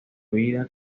vida